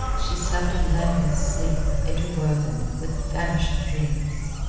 she slept a languorous sleep, interwoven with vanishing dreams.